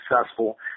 successful